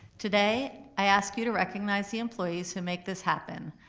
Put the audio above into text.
today i ask you to recognize the employees who make this happen,